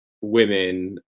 women